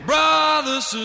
Brothers